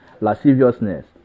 lasciviousness